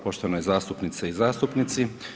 Poštovane zastupnice i zastupnici.